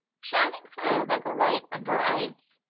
shining through like a light under ice.